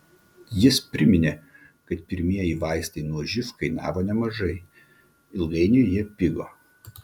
jis priminė kad pirmieji vaistai nuo živ kainavo nemažai ilgainiui jie pigo